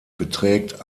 beträgt